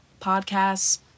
Podcasts